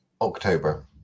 october